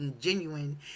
genuine